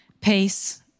peace